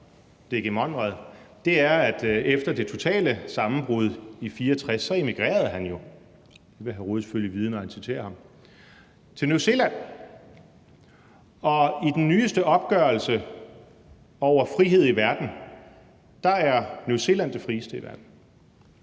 er, at efter det totale sammenbrud i 1864 emigrerede han jo – det vil hr. Jens Rohde selvfølgelig vide, når han citerer ham – til New Zealand. Og i den nyeste opgørelse over frihed i verden er New Zealand det frieste land i verden.